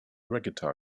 regatta